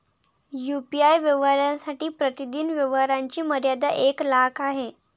UPI व्यवहारांसाठी प्रतिदिन व्यवहारांची मर्यादा एक लाख आहे